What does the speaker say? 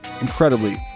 incredibly